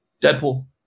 Deadpool